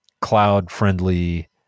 cloud-friendly